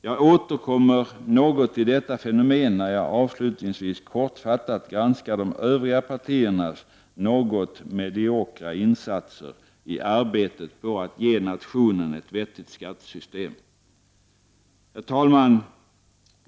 Jag återkommer något till detta fenomen när jag avslutningsvis kortfattat granskar de övriga partiernas något mediokra insatser i arbetet på att ge nationen ett vettigt skattesystem. Herr talman!